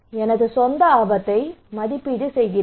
எனது சொந்த ஆபத்தை மதிப்பீடு செய்கிறேன்